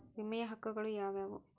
ವಿಮೆಯ ಹಕ್ಕುಗಳು ಯಾವ್ಯಾವು?